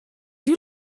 you